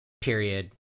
Period